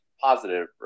positive